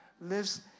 lives